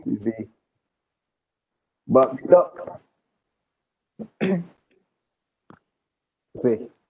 you see but not see